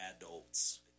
adults